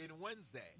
Wednesday